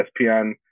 ESPN